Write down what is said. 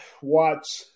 watch